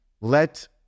let